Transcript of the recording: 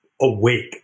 awake